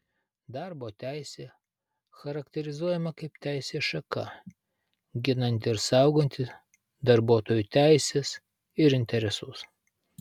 darbo teisė charakterizuojama kaip teisės šaka ginanti ir sauganti darbuotojų teises ir interesus